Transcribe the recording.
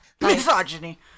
misogyny